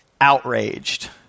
outraged